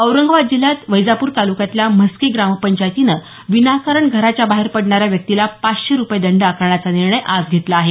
औरंगाबाद जिल्ह्यात वैजापूर तालुक्यातल्या म्हस्की ग्रामपंचायतीनं विनाकारण घराच्या बाहेर पडणाऱ्या व्यक्तीला पाचशे रूपये दंड आकारण्याचा निर्णय आज घेतला आहे